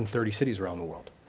thirty cities around the world.